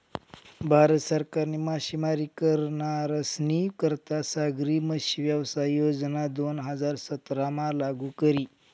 भारत सरकारनी मासेमारी करनारस्नी करता सागरी मत्स्यव्यवसाय योजना दोन हजार सतरामा लागू करी